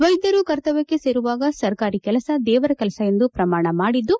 ವೈದ್ಧರು ಕರ್ತವ್ಯಕ್ಷೆ ಸೇರುವಾಗ ಸರ್ಕಾರಿ ಕೆಲಸ ದೇವರ ಕೆಲಸ ಎಂದು ಪ್ರಮಾಣ ಮಾಡಿದ್ದು